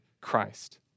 Christ